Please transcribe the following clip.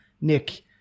Nick